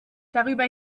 darüber